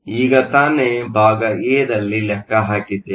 ಈಗ ತಾನೇ ಭಾಗ ಎ ದಲ್ಲಿ ಲೆಕ್ಕ ಹಾಕಿದ್ದೇವೆ